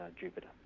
Jupiter